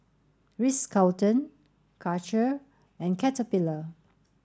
Ritz Carlton Karcher and Caterpillar